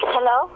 Hello